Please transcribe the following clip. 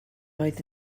oedd